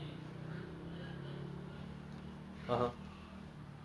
I you know the only reason why I'm buying cold war is because my friends are playing